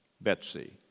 Betsy